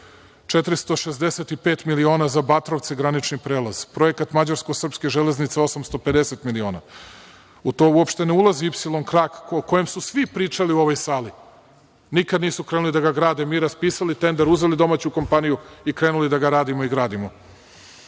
465 miliona za Batrovce granični prelaz, Projekat mađarsko-srpske železnice - 850 miliona. U to uopšte ne ulazi „Ipsilon krak“, o kojem su svi pričali u ovoj sali. Nikada nisu krenuli da ga grade. Mi raspisali tender, uzeli domaću kompaniju i krenuli da ga radimo i gradimo. Zatim,